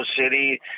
City